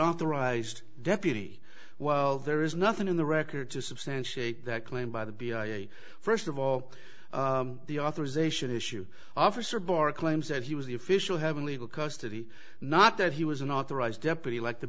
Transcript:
authorised deputy while there is nothing in the record to substantiate that claim by the first of all the authorization issue officer bar claims that he was the official having legal custody not that he was an authorized deputy like to